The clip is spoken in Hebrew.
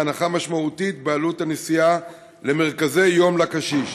מהנחה משמעותית בעלות הנסיעה למרכזי יום לקשיש.